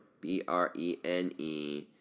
B-R-E-N-E